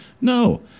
No